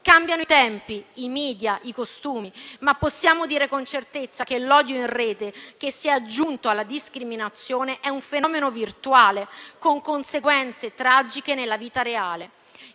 Cambiano i tempi, i *media*, i costumi, ma possiamo dire con certezza che l'odio in rete, che si è aggiunto alla discriminazione, è un fenomeno virtuale con conseguenze tragiche nella vita reale.